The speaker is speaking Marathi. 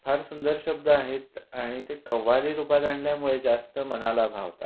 फार सुंदर शब्द आहेत आणि ते कव्वाली रूपात आणल्यामुळे जास्त मनाला भावतात